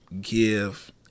give